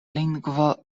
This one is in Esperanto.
lingvo